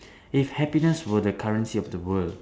if happiness were the currency of the world